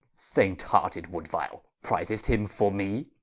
faint-hearted wooduile, prizest him fore me?